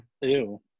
Ew